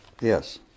Yes